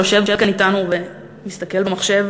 שיושב כאן אתנו ומסתכל במחשב,